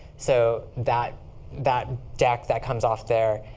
so that that deck that comes off there,